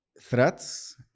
threats